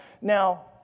Now